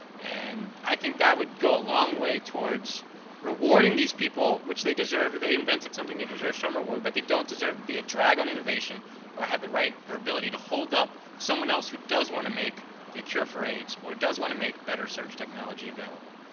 and i think that would go a long way towards rewarding these people, which they deserved. they invented something, they deserve some reward. but they don't deserve to be a drag on innovation or have the right or ability to hold up someone else who does want to make the cure for aids or does want to make better search technology available.